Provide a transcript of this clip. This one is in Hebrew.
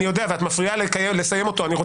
כסיף, יכולת לוותר על זה -- תומך טרור.